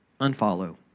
Unfollow